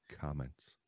comments